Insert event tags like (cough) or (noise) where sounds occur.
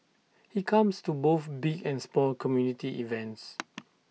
he comes to both big and small community events (noise)